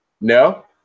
No